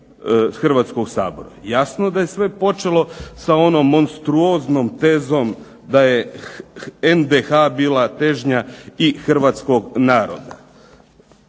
Hrvatskog sabora. Jasno da je sve počelo sa onom monstruoznom tezom da je NDH bila težnja i hrvatskog naroda.